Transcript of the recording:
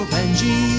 Benji